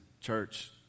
church